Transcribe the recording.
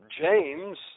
James